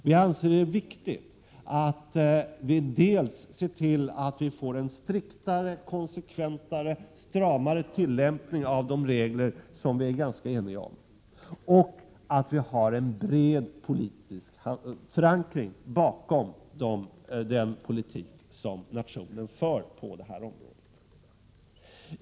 Vi anser det viktigt att se till dels att vi får en striktare, konsekventare, stramare tillämpning av de regler som vi är ganska eniga om, dels att vi har en bred politisk förankring bakom den politik som nationen för på detta område.